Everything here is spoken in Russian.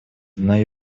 одна